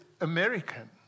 American